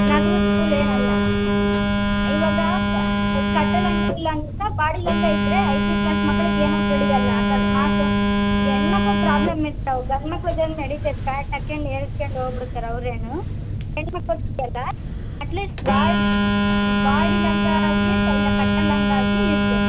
ನಗರದ್ದೂ school ಏನಲ್ಲ ಇವಾಗ ಕಟ್ಟೊ ಲಂಗ ಬಾಡಿ ಲಂಗ ಇದ್ದರೆ ಐದನೇ ಕ್ಲಾಸ್ ಮಕ್ಳಿಗೆ ಏನು ತಿಳಿಯಲ್ಲ ಅಕಸ್ಮಾತು ಈಗ ಹೆಣ್ಣ್ ಮಕ್ಕಳು ಪ್ರಾಬ್ಲಮ್ ಇರ್ತವೆ ಗಂಡು ಮಕ್ಳಿಗೆ ಏನು ನಡಿತೈತೆ ಪ್ಯಾಟ್ ಹಾಕ್ಯಂಡು ಹೋಗ್ಬುಡ್ತಾರೆ ಅವರೇನು ಹೆಣ್ಣು ಮಕ್ಕಳು ಅಟ್ಲೀಸ್ಟ್ ಬಾಡ್ ಬಾಡಿ ಲಂಗ ಆಗಲಿ ಇಲ್ಲ ಕಟ್ಟೊ ಲಂಗ ಆಗಲಿ ಇರಬೇಕು